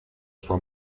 sua